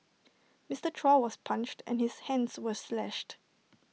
Mister Joshua was punched and his hands were slashed